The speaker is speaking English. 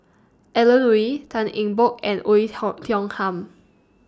Alan Oei Tan Eng Bock and Oei Ho Tiong Ham